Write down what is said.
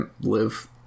live